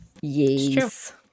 Yes